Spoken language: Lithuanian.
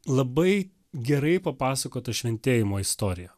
labai gerai papasakota šventėjimo istorija